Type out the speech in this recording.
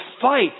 fight